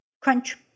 Crunch